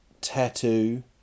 tattoo